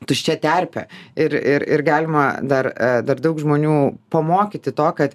tuščia terpė ir ir galima dar dar daug žmonių pamokyti to kad